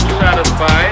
satisfied